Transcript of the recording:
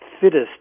fittest